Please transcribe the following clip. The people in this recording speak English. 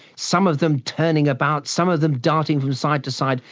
some of them turning about, some of them darting from side to side,